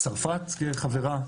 צרפת חברה.